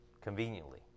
conveniently